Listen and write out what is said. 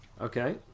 Okay